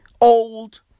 old